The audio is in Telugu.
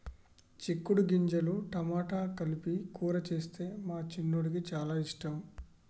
చిక్కుడు గింజలు టమాటా కలిపి కూర చేస్తే మా చిన్నోడికి చాల ఇష్టం